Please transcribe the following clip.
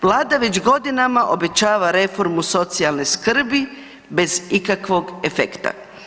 Vlada već godinama obećava reformu socijalne skrbi bez ikakvog efekta.